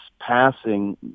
passing